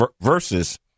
versus